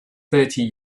thirty